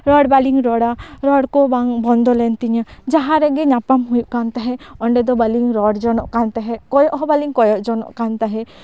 ᱨᱚᱲ ᱵᱟᱞᱤᱧ ᱨᱚᱲᱟ ᱨᱚᱲ ᱠᱚ ᱵᱟᱝ ᱵᱚᱱᱫᱚ ᱞᱮᱱ ᱛᱤᱧᱟᱹ ᱡᱟᱦᱟᱸ ᱨᱮᱜᱮ ᱧᱟᱯᱟᱢ ᱦᱩᱭᱩᱜ ᱠᱟᱱ ᱛᱟᱦᱮᱸᱫ ᱚᱸᱰᱮ ᱫᱚ ᱵᱟᱞᱤᱧ ᱨᱚᱲ ᱡᱚᱝᱚᱜ ᱠᱟᱱ ᱛᱟᱦᱮᱸᱫ ᱠᱚᱭᱚᱜ ᱦᱚᱸ ᱵᱟᱞᱤᱧ ᱠᱚᱭᱚᱜ ᱡᱚᱝᱚᱜ ᱠᱟᱱ ᱛᱟᱦᱮᱸᱫ